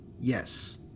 Yes